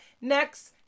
next